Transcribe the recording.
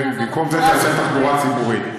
ובמקום זה תעשה תחבורה ציבורית.